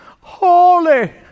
holy